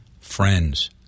friends